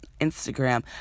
Instagram